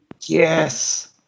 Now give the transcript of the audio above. Yes